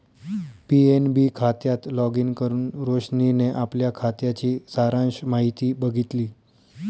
PNB खात्यात login करुन रोशनीने आपल्या खात्याची सारांश माहिती बघितली